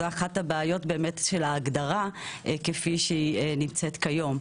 זאת אחת הבעיות של ההגדרה כפי שהיא כיום.